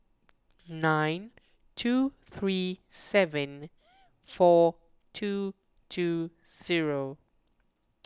nine two three seven four two two zero